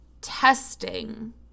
testing